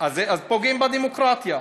אז פוגעים בדמוקרטיה.